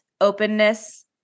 openness